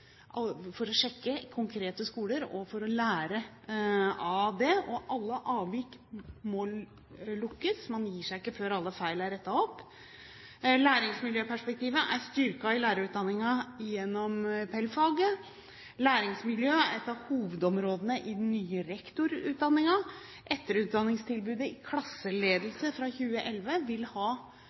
for å sjekke konkrete skoler, og for å lære av det. Og alle avvik må lukkes – man gir seg ikke før alle feil er rettet opp. Læringsmiljøperspektivet er styrket i lærerutdanningen gjennom PEL-faget. Læringsmiljø er et av hovedområdene i den nye rektorutdanningen. Etterutdanningstilbudet i klasseledelse fra 2011 vil ha